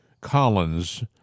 Collins